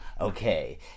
Okay